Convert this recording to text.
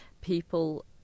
people